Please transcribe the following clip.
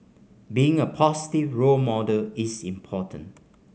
being a positive role model is important